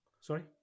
Sorry